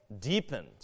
deepened